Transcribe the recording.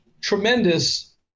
tremendous